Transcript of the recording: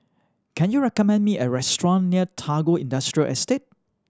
can you recommend me a restaurant near Tagore Industrial Estate